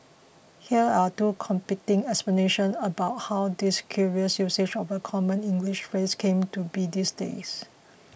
here are two competing explanations about how this curious usage of a common English phrase came to be these days